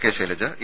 K Shailaja A